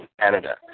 Canada